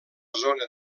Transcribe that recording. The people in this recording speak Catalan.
zona